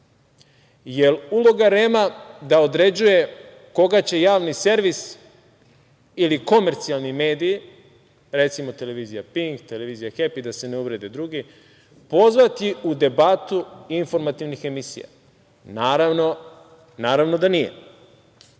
li je uloga REM-a da određuje koga će Javni servis ili komercijalni mediji, recimo televizija Pink, televizija Hepi, da se ne uvrede drugi, pozvati u debatu informativnih emisija? Naravno da nije.Zašto